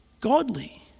godly